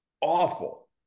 awful